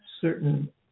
certain